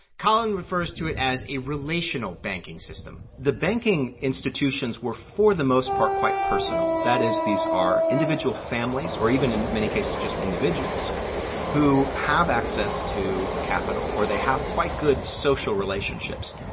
colin refers to it as a relational banking system the banking institutions were, for the most part, quite personal. that is, these are individual families or even, in many cases, just individuals who have access to capital or they have quite good social relationships.